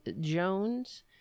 Jones